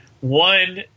one